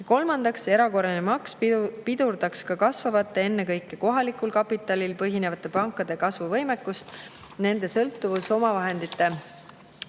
kolmandaks, erakorraline maks pidurdaks ka kasvavate, ennekõike kohalikul kapitalil põhinevate pankade kasvuvõimekust. Nende sõltuvus omavahendite